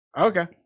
okay